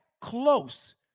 close